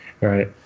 right